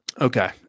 Okay